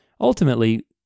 ultimately